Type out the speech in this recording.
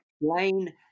explain